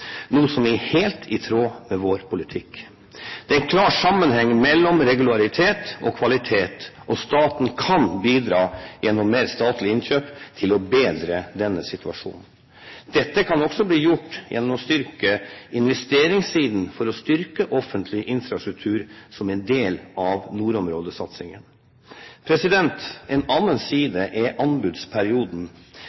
noe som er helt i tråd med vår politikk. Det er en klar sammenheng mellom regularitet og kvalitet, og staten kan bidra gjennom mer statlig innkjøp til å bedre denne situasjonen. Dette kan også bli gjort gjennom å styrke investeringssiden for å styrke offentlig infrastruktur som en del av nordområdesatsingen. En annen